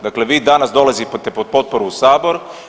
Dakle, vi danas dolazite po potporu u Sabor.